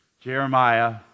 Jeremiah